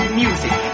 music